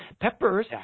peppers